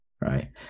Right